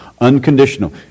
Unconditional